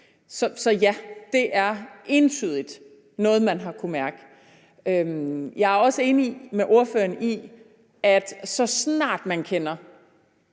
Så ja, det er entydigt noget, man har kunnet mærke. Jeg er også enig med ordføreren i, at så snart man kender